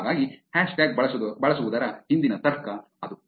ಹಾಗಾಗಿ ಹ್ಯಾಶ್ಟ್ಯಾಗ್ ಬಳಸುವುದರ ಹಿಂದಿನ ತರ್ಕ ಅದು